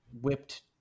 whipped